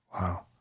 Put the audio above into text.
wow